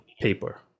paper